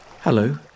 Hello